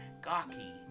gawky